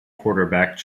quarterback